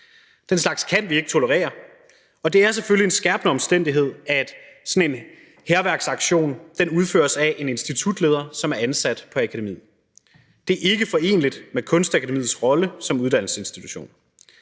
Den slags kan vi ikke tolerere, og det er selvfølgelig en skærpende omstændighed, at sådan en hærværksaktion udføres af en institutleder, som er ansat på akademiet. Det er ikke foreneligt med Kunstakademiets rolle som uddannelsesinstitution.